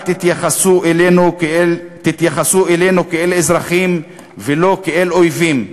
תתייחסו אלינו כאל אזרחים ולא כאל אויבים.